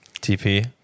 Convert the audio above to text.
TP